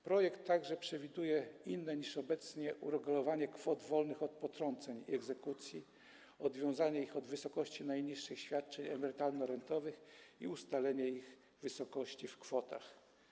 Projekt także przewiduje inne niż obecnie uregulowanie kwot wolnych od potrąceń i egzekucji, odwiązanie ich od wysokości najniższych świadczeń emerytalno-rentowych i ustalenie ich wysokości w kwotach.